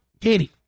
Katie